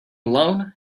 alone